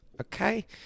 Okay